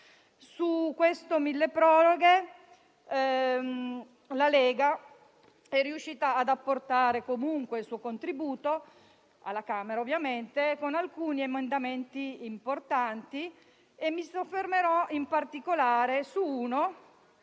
decreto milleproroghe, la Lega è riuscita ad apportare comunque il suo contributo (alla Camera, ovviamente), con alcuni emendamenti importanti. Mi soffermerò, in particolare, su un